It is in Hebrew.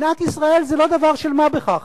שנאת ישראל זה לא דבר של מה בכך.